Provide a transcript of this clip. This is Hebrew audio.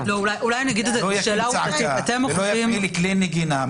לא יקים צעקה ולא יפעיל כלי נגינה,